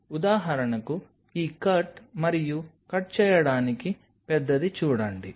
ఉదాహరణకు ఈ కట్ మరియు కట్ చేయడానికి పెద్దది చూడండి